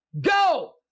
go